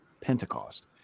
Pentecost